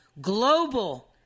global